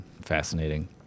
fascinating